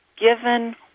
given